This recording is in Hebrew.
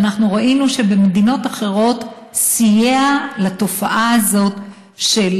שאנחנו ראינו שבמדינות אחרות סייע לתופעה הזאת של,